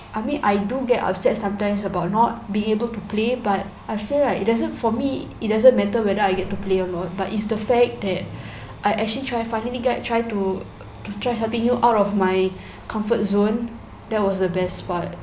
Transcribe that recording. I mean I do get upset sometimes about not being able to play but I feel like it doesn't for me it doesn't matter whether I get to play or not but it's the fact that I actually try finally get try to to try something new out of my comfort zone that was the best part